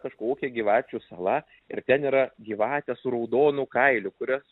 kažkokia gyvačių sala ir ten yra gyvatės su raudonu kailiu kurias